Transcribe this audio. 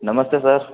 नमस्ते सर